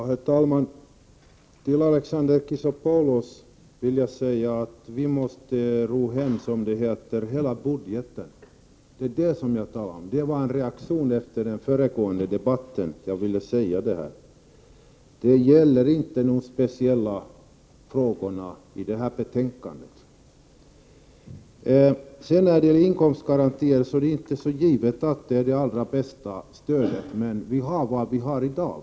Herr talman! Till Alexander Chrisopoulos vill jag säga att vi har att så att säga ro hela budgeten i land. Det var vad jag menade, och detta var min reaktion efter den föregående debatten. Jag avsåg inte de enskilda frågor som behandlas i detta betänkande. Det är inte så givet att inkomstgarantier utgör det bästa stödet, men det är vad vi i dag har.